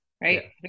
right